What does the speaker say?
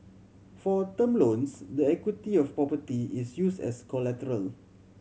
for term loans the equity of a property is used as collateral